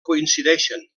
coincideixen